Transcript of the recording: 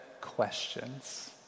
questions